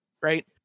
right